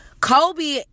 Kobe